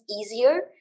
easier